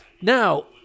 Now